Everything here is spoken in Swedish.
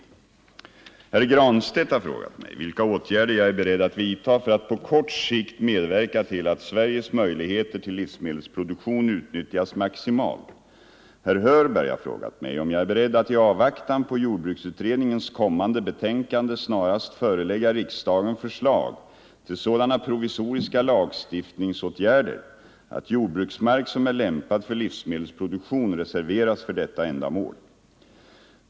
Herr Granstedt har frågat mig vilka åtgärder jag är beredd att vidta för att på kort sikt medverka till att Sveriges möjligheter till livsmedelsproduktion utnyttjas maximalt. Herr Hörberg har frågat mig om jag är beredd att i avvaktan på jordbruksutredningens kommande betänkande snarast förelägga riksdagen förslag till sådana provisoriska lagstiftningsåtgärder att jordbruksmark som är lämpad för livsmedelsproduktion reserveras för detta ändamål.